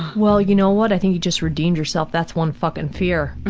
well, you know what? i think you just redeemed yourself. that's one fucking fear!